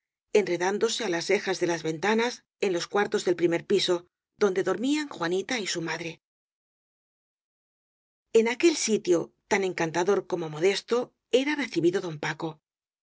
enredándose á las rejas de las ventanas en los cuartos del primer piso donde dormían juanita y su madre en aquel sitio tan encantador como modesto era recibido don paco